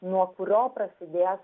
nuo kurio prasidės